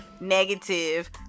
Negative